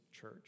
church